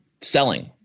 selling